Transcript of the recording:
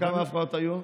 וכמה ההפרעות היו?